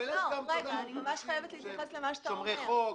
אבל יש כאלה שהם שומרי חוק.